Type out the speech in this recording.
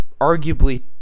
arguably